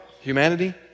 humanity